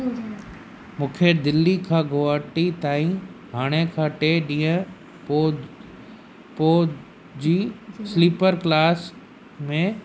मूंखे दिल्ली खां गुवाहाटी ताईं हाणे खां टे ॾींहं पोइ पोइ जी स्लीपर क्लास में